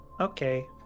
Okay